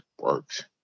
works